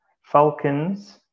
Falcons